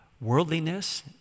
worldliness